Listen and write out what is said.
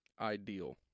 ideal